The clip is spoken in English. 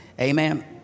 amen